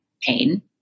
pain